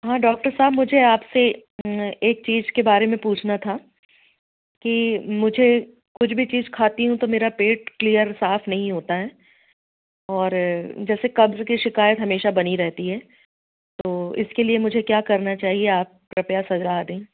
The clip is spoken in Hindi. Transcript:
हाँ डॉक्टर साहब मुझे आप से एक चीज़ के बारे में पूछना था कि मुझे कुछ भी चीज़ खाती हूँ तो मेरा पेट क्लियर साफ़ नहीं होता है और जैसे कब्ज़ की शिकायत हमेशा बनी रहती है तो इसके लिए मुझे क्या करना चाहिए आप कृपया सुझाव दें